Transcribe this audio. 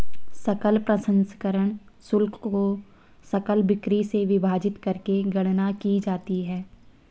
सकल प्रसंस्करण शुल्क को सकल बिक्री से विभाजित करके गणना की जाती है